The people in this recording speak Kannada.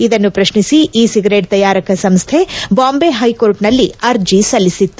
ಇದನ್ನು ಪ್ರಶ್ನಿಸಿ ಇ ಸಿಗರೇಟ್ ತಯಾರಕ ಸಂಸ್ವೆ ಬಾಂಬೆ ಹೈಕೋರ್ಟ್ನಲ್ಲಿ ಅರ್ಜಿ ಸಲ್ಲಿಸಿತ್ತು